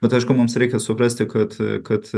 bet aišku mums reikia suprasti kad kad